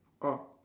orh